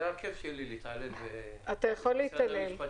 זה הכיף שלי, להתעלל במשרד המשפטים.